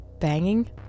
banging